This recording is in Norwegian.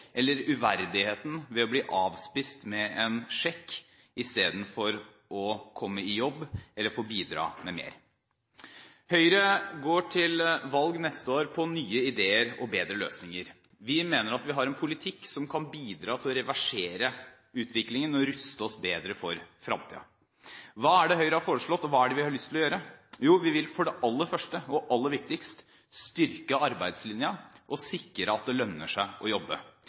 eller uverdigheten ved å bli avspist med en sjekk istedenfor å komme i jobb eller få bidra med mer. Høyre går til valg neste år på nye ideer og bedre løsninger. Vi mener at vi har en politikk som kan bidra til å reversere utviklingen og ruste oss bedre for fremtiden. Hva er det Høyre har foreslått, og hva er det vi har lyst til å gjøre? Jo, vi vil aller først – og aller viktigst – styrke arbeidslinjen, og sikre at det lønner seg å jobbe.